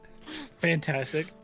Fantastic